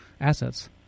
assets